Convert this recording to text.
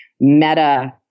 meta